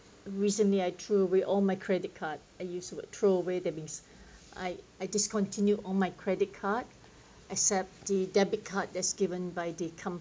recently I threw away all my credit card I use to throw away that means I I discontinued on my credit card except the debit card as given by th com